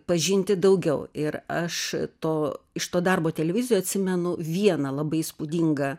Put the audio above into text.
pažinti daugiau ir aš to iš to darbo televizijoj atsimenu vieną labai įspūdingą